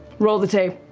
roll the tape.